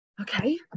okay